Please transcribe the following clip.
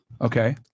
Okay